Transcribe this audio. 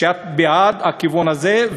שאת בעד הכיוון הזה,